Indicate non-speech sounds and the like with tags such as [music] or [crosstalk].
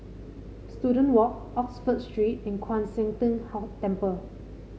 Student Walk Oxford Street and Kwan Siang Tng [unintelligible] Temple